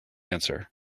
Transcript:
answer